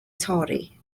torri